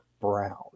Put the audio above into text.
Brown